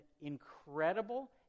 incredible